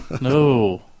No